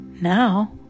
Now